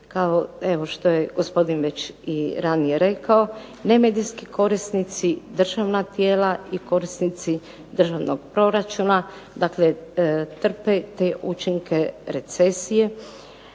evo što je gospodin već i ranije rekao, nemedijski korisnici, državna tijela i korisnici državnog proračuna, dakle trpe te učinke recesije,